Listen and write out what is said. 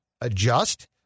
adjust